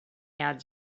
ads